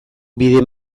bide